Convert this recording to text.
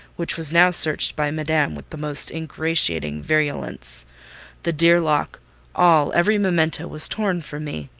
which was now searched by madam with the most ingratiating virulence the dear lock all, every memento was torn from me.